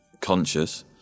conscious